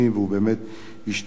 הוא באמת השתנה,